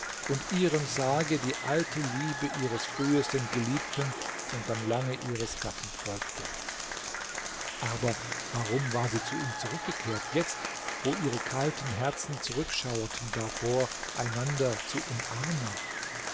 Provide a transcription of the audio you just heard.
und ihrem sarge die alte liebe ihres frühesten geliebten und dann lange ihres gatten folgte aber warum war sie zu ihm zurückgekehrt jetzt wo ihre kalten herzen zurückschauerten davor einander zu umarmen